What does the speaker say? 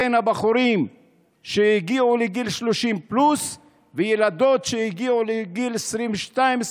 בין הבחורים שהגיעו לגיל 30 פלוס לילדות שהגיעו לגיל 23-22,